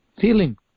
feeling